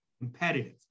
competitive